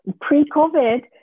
Pre-COVID